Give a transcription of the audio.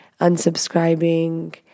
unsubscribing